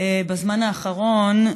בזמן האחרון,